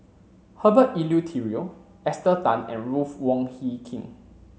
Herbert Eleuterio Esther Tan and Ruth Wong Hie King